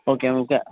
okay okay